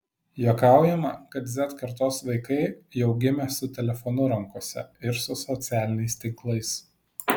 juokaujama kad z kartos vaikai jau gimė su telefonu rankose ir su socialiniais tinklais